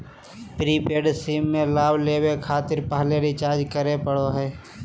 prepaid SIM में लाभ लेबे खातिर पहले रिचार्ज करे पड़ो हइ